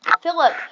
Philip